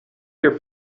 your